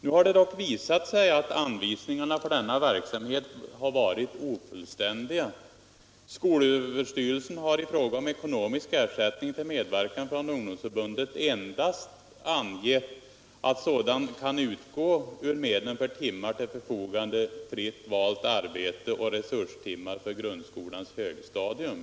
Nu har det dock visat sig att anvisningarna för denna verksamhet har varit ofullständiga. Skolöverstyrelsen har i fråga om ekonomisk ersättning till medverkande från ungdomsförbunden endast angett att sådan kan utgå ur medlen för timmar till förfogande, fritt valt arbete och re = Nr 42 surstimmar för grundskolans högstadium.